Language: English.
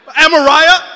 Amariah